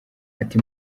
ati